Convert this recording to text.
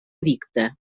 edicte